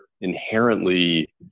inherently